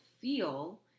feel